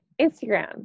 Instagram